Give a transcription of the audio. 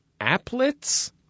applets